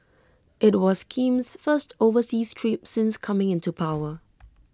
IT was Kim's first overseas trip since coming into power